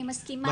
אני מסכימה.